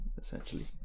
essentially